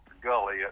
gully